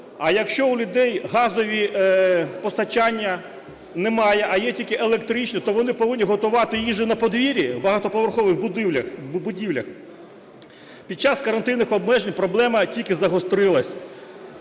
А якщо у людей газового постачання немає, а є тільки електричне, то вони повинні готувати їжу на подвір'ї в багатоповерхових будівлях. Під час карантинних обмежень проблема тільки загострилась.